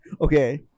okay